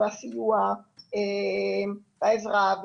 הסיוע והעזרה,